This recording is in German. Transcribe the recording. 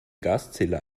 gaszähler